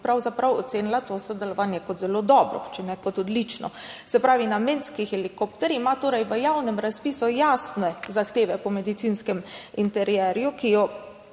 bi pravzaprav ocenila to sodelovanje kot zelo dobro, če ne kot odlično. Se pravi, namenski helikopter ima torej v javnem razpisu jasne zahteve po medicinskem interierju, ki je